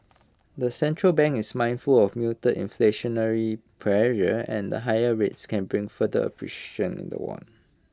the central bank is mindful of mute inflationary pressure and higher rates can bring further appreciation in the won